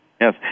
Yes